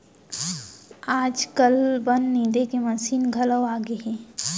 आजकाल बन निंदे के मसीन घलौ आगे हे